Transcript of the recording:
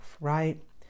right